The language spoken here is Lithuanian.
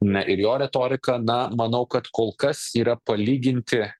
na ir jo retorika na manau kad kol kas yra palyginti